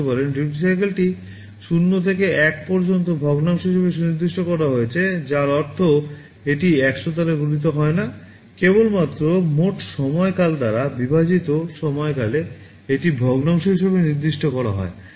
DUTY CYCLEটি 0 থেকে 1 পর্যন্ত ভগ্নাংশ হিসাবে সুনির্দিষ্ট করা হয়েছে যার অর্থ এটি 100 দ্বারা গুণিত হয় না কেবলমাত্র মোট সময়কাল দ্বারা বিভাজিত সময়কালে এটি ভগ্নাংশ হিসাবে নির্দিষ্ট করা হয়